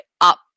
up